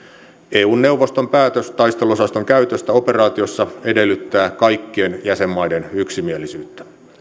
eun neuvoston päätös taisteluosaston käytöstä operaatiossa edellyttää kaikkien jäsenmaiden yksimielisyyttä